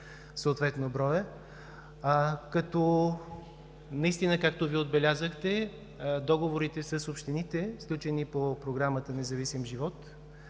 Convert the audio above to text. съответно броят. Както Вие отбелязахте, договорите с общините, сключени по Програмата „Независим живот“